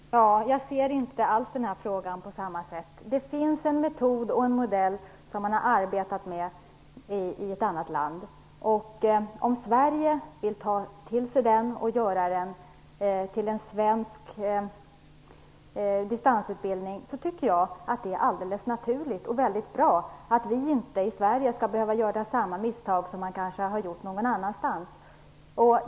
Herr talman! Jag ser inte alls på samma sätt på den här frågan. Det finns en metod och en modell som man har arbetat med i ett annat land, och om Sverige vill ta till sig detta och göra det till en svensk distansutbildning tycker jag att det är alldeles naturligt. Det är bra att vi i Sverige inte skall behöva göra samma misstag som man kanske har gjort någon annanstans.